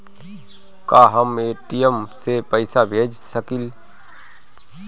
का हम ए.टी.एम से पइसा भेज सकी ले?